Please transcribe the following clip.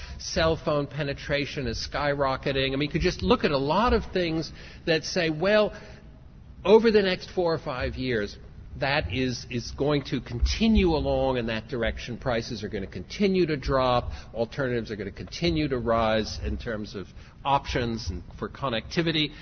cell phone penetration is sky rocketing and we could just look at a lot of things that say well over the next four or five years that is is going to continue along in that direction, prices are going to continue to drop, alternatives are going to continue to rise in terms of options and for connectivity.